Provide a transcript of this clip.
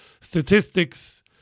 Statistics